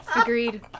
Agreed